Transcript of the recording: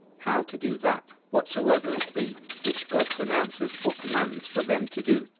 how to do that, whatsoever it be, which god pronounces or commands for them to do,